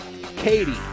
katie